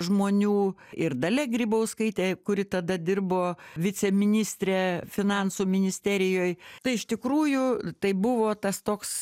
žmonių ir dalia grybauskaitė kuri tada dirbo viceministre finansų ministerijoj tai iš tikrųjų tai buvo tas toks